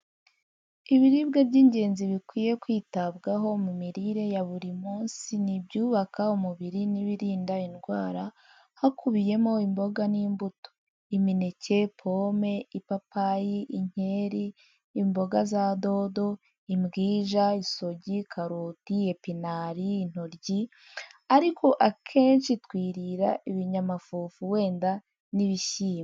Ibiribwa by'ingenzi bikwiye kwitabwaho mu mirire ya buri munsi ni ibyubaka umubiri n'ibirinda indwara, hakubiyemo imboga n'imbuto: imineke, pome, ipapayi, inkeri, imboga za dodo, imbwija, isogi, karoti, epinari, intoryi; ariko akenshi twirira ibinyamafufu wenda n'ibishyimbo.